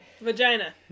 Vagina